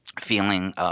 feeling –